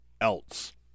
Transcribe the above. else